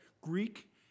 Greek